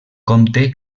compte